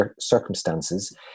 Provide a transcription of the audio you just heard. circumstances